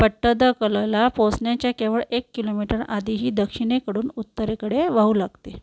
पट्टदकलला पोहोचण्याच्या केवळ एक किलोमीटर आधी ही दक्षिणेकडून उत्तरेकडे वाहू लागते